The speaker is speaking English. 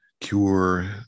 cure